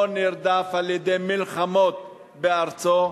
או נרדף על-ידי מלחמות בארצו,